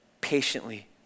patiently